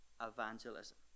evangelism